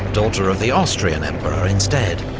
daughter of the austrian emperor, instead.